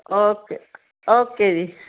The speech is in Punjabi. ਓਕੇ ਓਕੇ ਜੀ